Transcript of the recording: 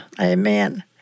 Amen